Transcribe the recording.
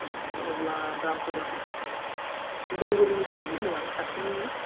अब्ला दामफोराथ' उदालगुरिनिफ्रायनो बुंदों आं खाथिनिनो